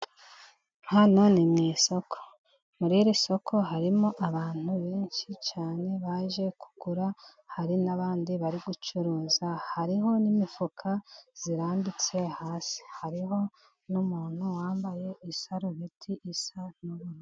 Hano ni mu isoko, muri iri soko harimo abantu benshi cyane baje kugura, hari n'abandi bari gucuruza. Hariho n'imifuka irambitse hasi, hariho n'umuntu wambaye isarubeti isa n'ubururu.